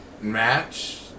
match